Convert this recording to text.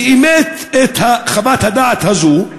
שאימץ את חוות הדעת הזו.